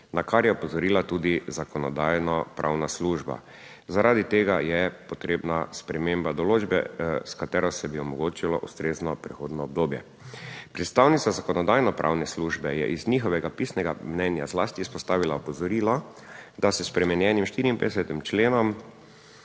na kar je opozorila tudi Zakonodajno-pravna služba. Zaradi tega je potrebna sprememba določbe, s katero se bi omogočilo ustrezno prehodno obdobje. Predstavnica Zakonodajno-pravne službe je iz njihovega pisnega mnenja zlasti izpostavila opozorilo, da se s spremenjenim 54. členom